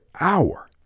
hour